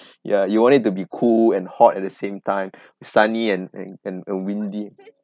ya you want it to be cool and hot at the same time sunny and and and windy